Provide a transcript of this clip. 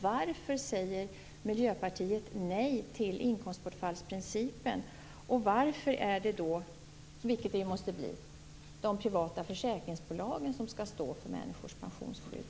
Varför säger Miljöpartiet nej till inkomstbortfallsprincipen? Varför är det då, vilket det ju måste bli, de privata försäkringsbolagen som skall stå för människors pensionsskydd?